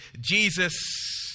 Jesus